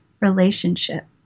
relationship